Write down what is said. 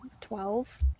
twelve